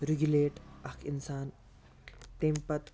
regulate اکھ اِنسان تَمہِ پَتہٕ